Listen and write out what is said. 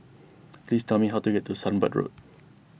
please tell me how to get to Sunbird Road